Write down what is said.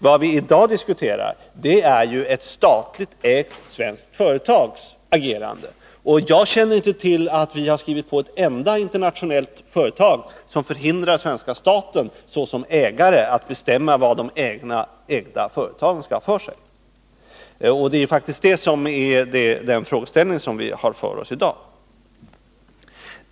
Vad vi i dag diskuterar är ett statligt ägt svenskt företags agerande. Jag känner inte till att vi har skrivit under ett enda internationellt avtal som hindrar svenska staten att såsom ägare bestämma vad de egna företagen skall ha för sig. Det är faktiskt den frågeställningen vi har framför oss i dag.